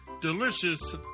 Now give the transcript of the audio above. Delicious